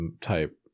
type